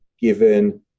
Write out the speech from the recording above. given